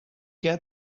get